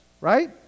right